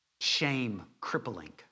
shame-crippling